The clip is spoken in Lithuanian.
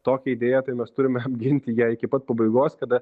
tokią idėją tai mes turime apginti ją iki pat pabaigos kada